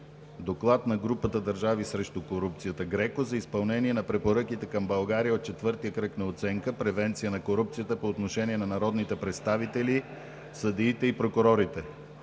Доклад на Групата държави срещу корупцията ГРЕКО за изпълнение на препоръките към България от четвъртия кръг на оценка, превенция на корупцията по отношение на народните представители, съдиите и прокурорите,